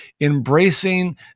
embracing